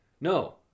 No